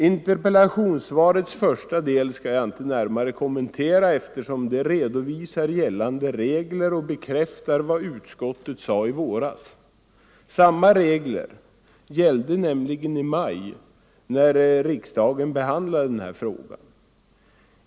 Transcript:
Interpellationssvarets första del skall jag inte närmare kommentera, eftersom det redovisar gällande regler och bekräftar vad utskottet sade i våras. Samma regler gällde nämligen i maj när riksdagen behandlade 59 frågan.